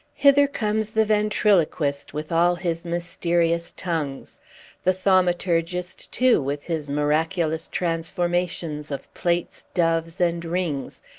hither comes the ventriloquist, with all his mysterious tongues the thaumaturgist, too, with his miraculous transformations of plates, doves, and rings,